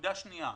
נקודה שנייה,